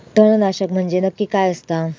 तणनाशक म्हंजे नक्की काय असता?